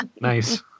Nice